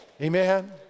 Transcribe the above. Amen